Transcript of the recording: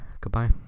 Goodbye